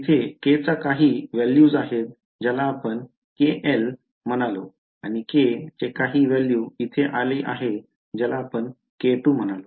येथे k च्या काही व्हॅल्यूज आहेत ज्याला आपण k1 म्हणालो आणि k चे काही व्हॅल्यू इथे आहे ज्याला आपण k2 म्हणालो